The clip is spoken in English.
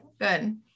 good